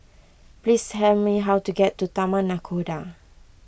please tell me how to get to Taman Nakhoda